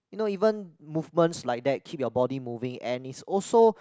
you know even movements like that keep your body moving and is also